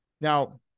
Now